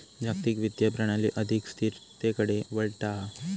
जागतिक वित्तीय प्रणाली अधिक स्थिरतेकडे वळता हा